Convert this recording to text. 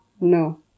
No